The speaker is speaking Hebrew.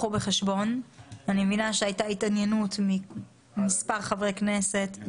אני מבינה שהייתה התעניינות מצד מספר חברי כנסת,